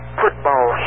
football